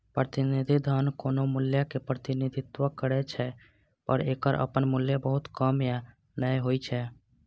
प्रतिनिधि धन कोनो मूल्यक प्रतिनिधित्व करै छै, पर एकर अपन मूल्य बहुत कम या नै होइ छै